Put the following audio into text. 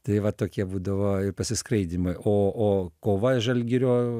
tai va tokie būdavo ir pasiskraidymai o o kova žalgirio